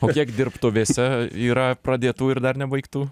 o kiek dirbtuvėse yra pradėtų ir dar nebaigtų